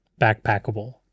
backpackable